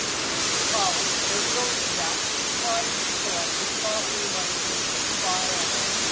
here's a column. and we don't need that. it tried to be polite, it thought we might need the file name.